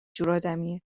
جورآدمیه